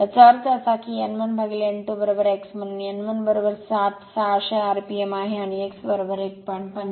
याचा अर्थ असा की n 1 upon n 2 x म्हणून n 1 60 600 rpm आहे आणि x 1